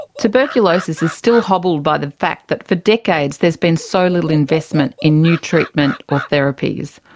tuberculosis is still hobbled by the fact that for decades there has been so little investment in new treatment or therapies.